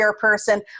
person